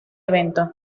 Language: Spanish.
evento